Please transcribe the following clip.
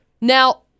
Now